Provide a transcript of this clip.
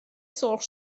سرخ